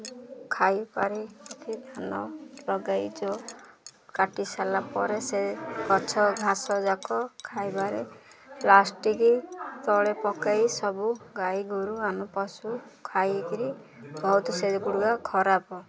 ଖାଇପାରେ ଧାନ ଲଗାଇ ଯେଉଁ କାଟି ସାରିଲା ପରେ ସେ ଗଛ ଘାସଯାକ ଖାଇବାରେ ପ୍ଲାଷ୍ଟିକ୍ ତଳେ ପକାଇ ସବୁ ଗାଈଗୋରୁ ଆମ ପଶୁ ଖାଇକିରି ବହୁତ ସେଗୁଡ଼ିକ ଖରାପ